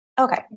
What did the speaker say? Okay